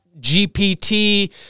GPT